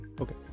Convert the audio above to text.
Okay